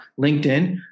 LinkedIn